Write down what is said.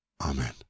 Amen